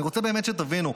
אני רוצה באמת שתבינו,